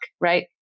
right